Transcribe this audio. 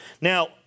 Now